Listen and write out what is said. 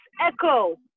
echo